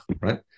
right